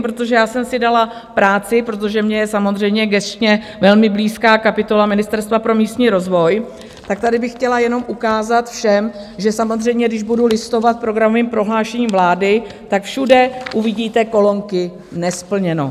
Protože já jsem si dala práci, protože mně je samozřejmě gesčně velmi blízká kapitola Ministerstva pro místní rozvoj, tak tady bych chtěla jenom ukázat všem, že samozřejmě když budu listovat programovým prohlášením vlády, tak všude uvidíte kolonky nesplněno.